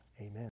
Amen